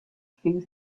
few